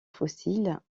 fossiles